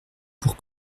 pour